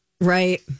Right